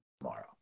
tomorrow